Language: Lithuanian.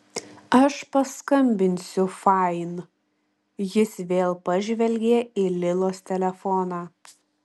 aš paskambinsiu fain jis vėl pažvelgė į lilos telefoną